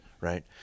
right